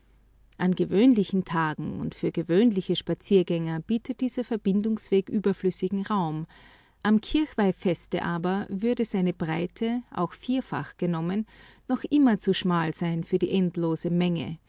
an gewöhnlichen tagen und für gewöhnliche spaziergänger bietet dieser verbindungsweg überflüssigen raum am kirchweihfeste aber würde seine breite auch vierfach genommen noch immer zu schmal sein für die endlose menge